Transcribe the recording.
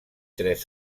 tres